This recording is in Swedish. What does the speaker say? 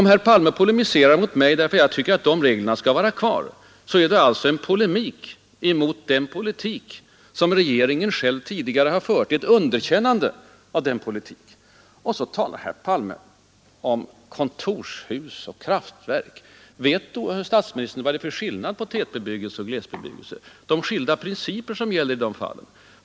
Om herr Palme polemiserar mot mig därför att jag tycker att de reglerna skall vara kvar, är det alltså en polemik mot den politik som regeringen själv har fört, ett underkännande av den politiken. Så talar herr Palme om kontorshus och kraftverk. Vet inte statsministern vad det är för skillnad mellan tätbebyggelse och glesbebyggelse, att skilda principer gäller i dessa fall?